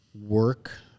work